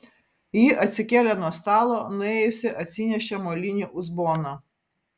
ji atsikėlė nuo stalo nuėjusi atsinešė molinį uzboną